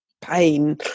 pain